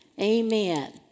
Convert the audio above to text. Amen